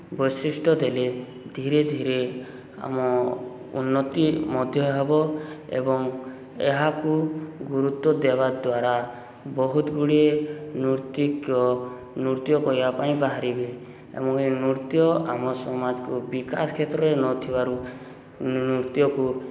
ବୈଶିଷ୍ଟ୍ୟ ଦେଲେ ଧୀରେ ଧୀରେ ଆମ ଉନ୍ନତି ମଧ୍ୟ ହେବ ଏବଂ ଏହାକୁ ଗୁରୁତ୍ୱ ଦେବା ଦ୍ୱାରା ବହୁତ ଗୁଡ଼ିଏ ନୃତ୍ୟ କରିବା ପାଇଁ ବାହାରିବେ ଏବଂ ଏହି ନୃତ୍ୟ ଆମ ସମାଜକୁ ବିକାଶ କ୍ଷେତ୍ରରେ ନଥିବାରୁ ନୃତ୍ୟକୁ